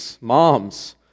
moms